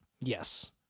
Yes